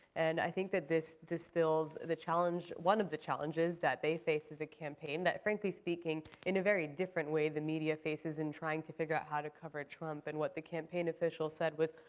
and i think that this distills the challenge one of the challenges that they faced as a campaign, that frankly speaking, in a very different way the media faces in trying to figure out how to cover trump and what the campaign official said was,